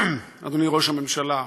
אדוני ראש הממשלה,